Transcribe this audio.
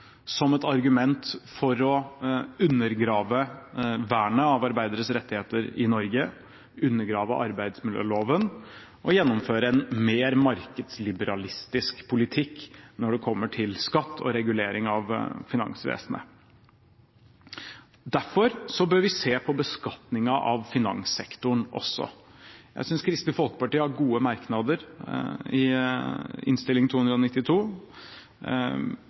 som et argument for å undergrave vernet av arbeideres rettigheter i Norge, undergrave arbeidsmiljøloven og gjennomføre en mer markedsliberalistisk politikk når det kommer til skatt og regulering av finansvesenet. Derfor bør vi også se på beskatningen av finanssektoren. Jeg synes Kristelig Folkeparti har gode merknader i Innst. 292